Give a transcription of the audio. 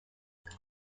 press